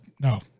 no